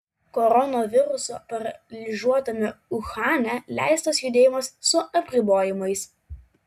koronaviruso paralyžiuotame uhane leistas judėjimas su apribojimais